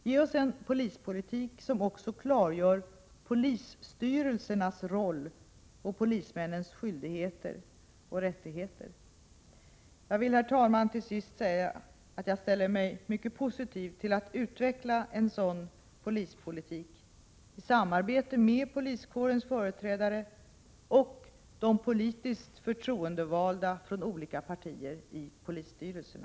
Ge oss en polispolitik som också klargör polisstyrelsens roll och polismännens skyldigheter och rättigheter.” Herr talman! Jag vill till sist säga att jag ställer mig mycket positiv till att utveckla en sådan polispolitik i samarbete med poliskårens företrädare och de politiskt förtroendevalda från olika partier i polisstyrelserna.